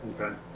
Okay